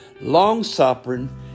long-suffering